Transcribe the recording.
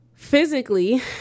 Physically